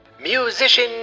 Musician